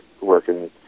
working